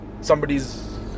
somebody's